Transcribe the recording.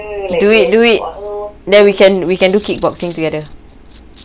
do it do it then we can we can do kickboxing together